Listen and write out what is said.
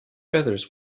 feathers